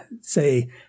say